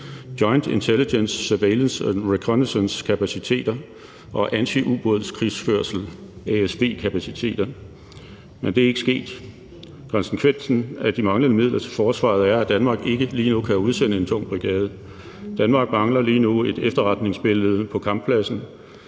Joint Intelligence, Surveillance and Reconnaissance-kapaciteter og antiubådskrigsførsel, altså ASV-kapaciteter. Men det er ikke sket. Konsekvensen af de manglende midler til forsvaret er, at Danmark ikke lige nu kan udsende en tung brigade. Danmark mangler lige nu et efterretningsbillede på kamppladsen,